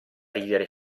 ridere